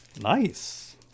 Nice